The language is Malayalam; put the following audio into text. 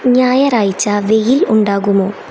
ഞായറാഴ്ച വെയിൽ ഉണ്ടാകുമോ